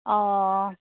অঁ